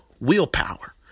willpower